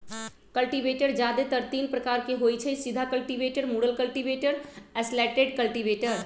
cultivator जादेतर तीने प्रकार के होई छई, सीधा कल्टिवेटर, मुरल कल्टिवेटर, स्लैटेड कल्टिवेटर